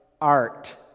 art